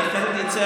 כי אחרת יצא,